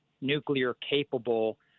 nuclear-capable